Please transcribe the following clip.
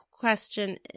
question